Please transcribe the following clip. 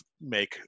make